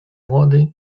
młody